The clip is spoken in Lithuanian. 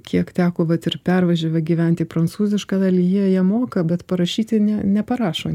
kiek teko vat ir pervažiavę gyventi prancūziška dalyje jie moka bet parašyti ne neparašo